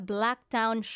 Blacktown